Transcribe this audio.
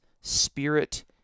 spirit